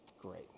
Great